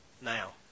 now